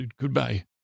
Goodbye